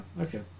okay